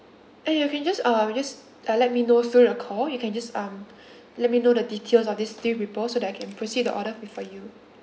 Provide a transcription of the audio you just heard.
uh you can just uh you just let me know through the call you can just um let me know the details of these three people so that I can proceed the order for you